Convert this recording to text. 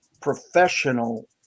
professional